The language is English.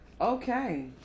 Okay